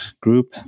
group